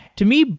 to me,